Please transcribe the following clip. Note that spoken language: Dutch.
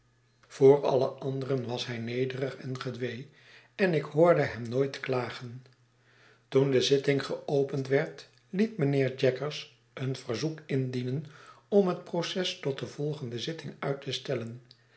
voor alle anderen was hij nederig en gedwee en ik hoorde hem nooit klagen toen de zitting geopend werd liet mijnheer jaggers een verzoek indienen om het proces tot de volgende zitting uit te stellen